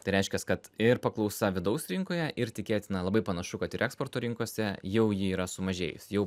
tai reiškias kad ir paklausa vidaus rinkoje ir tikėtina labai panašu kad ir eksporto rinkose jau ji yra sumažėjus jau